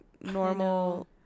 normal